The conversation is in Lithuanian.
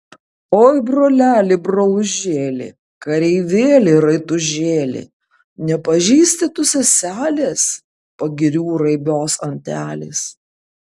oi broleli brolužėli kareivėli raitužėli nepažįsti tu seselės pagirių raibos antelės